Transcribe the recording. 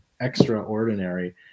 extraordinary